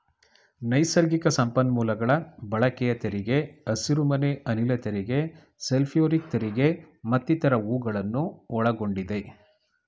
ನೈಸರ್ಗಿಕ ಸಂಪನ್ಮೂಲಗಳ ಬಳಕೆಯ ತೆರಿಗೆ, ಹಸಿರುಮನೆ ಅನಿಲ ತೆರಿಗೆ, ಸಲ್ಫ್ಯೂರಿಕ್ ತೆರಿಗೆ ಮತ್ತಿತರ ಹೂಗಳನ್ನು ಒಳಗೊಂಡಿದೆ